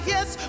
Yes